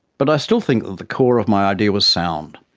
but i still think that the core of my idea was sound.